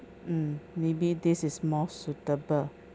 mm maybe this is more suitable